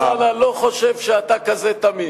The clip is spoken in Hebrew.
חבר הכנסת אלסאנע, אני לא חושב שאתה כזה תמים.